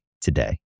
today